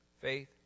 Faith